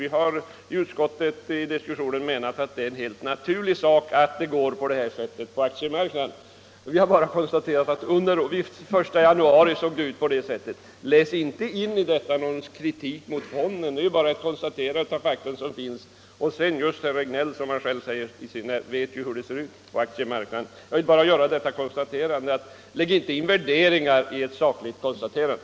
Vi har i utskottet menat att det är en fullt naturlig sak att det går till på det sättet på aktiemarknaden, och vi har bara konstaterat att det såg ut så den I januari i år, men läs inte in i detta någon kritik mot AB Volvo! Herr Regnéll vet ju, som han själv säger, hur det är på aktiemarknaden. Jag har bara velat säga detta och vill sluta med uppmaningen: Lägg inte in värderingar i ett sakligt konstaterande!